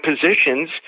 positions